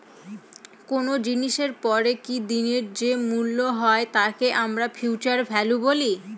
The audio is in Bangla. কোনো জিনিসের পরে কি দিনের যে মূল্য হয় তাকে আমরা ফিউচার ভ্যালু বলি